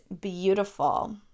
beautiful